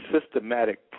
systematic